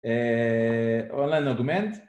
אולן אוגמנט